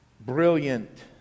brilliant